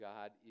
God